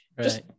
just-